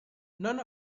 none